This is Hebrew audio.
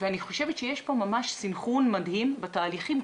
אני חושבת שיש פה סנכרון מדהים בתהליכים,